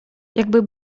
jakby